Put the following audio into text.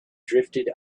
drifted